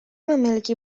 memiliki